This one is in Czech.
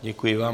Děkuji vám.